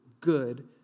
good